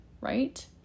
right